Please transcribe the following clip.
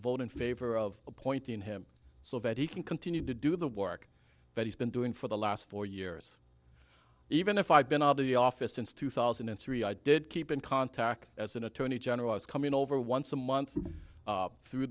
vote in favor of appointing him so that he can continue to do the work that he's been doing for the last four years even if i've been out of the office since two thousand and three i did keep in contact as an attorney general i was coming over once a month through